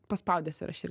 paspaudęs yra šir